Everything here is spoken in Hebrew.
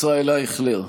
ישראל אייכלר,